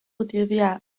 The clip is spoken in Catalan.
quotidià